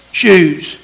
shoes